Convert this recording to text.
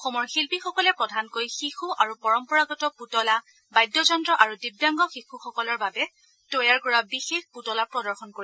অসমৰ শিল্পীসকলে প্ৰধানকৈ শিশু আৰু পৰম্পৰাগত পুতলা বাদ্যযন্ত্ৰ আৰু দিব্যাংগ শিশুসকলৰ বাবে তৈয়াৰ কৰা বিশেষ পুতলা প্ৰদৰ্শন কৰিব